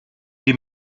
die